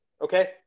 Okay